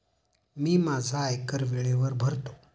मी माझा आयकर वेळेवर भरतो